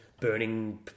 burning